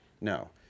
No